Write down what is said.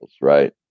right